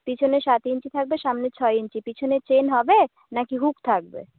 পিছনে সাত ইঞ্চি থাকবে সামনে ছ ইঞ্চি পিছনে চেন হবে নাকি হুক থাকবে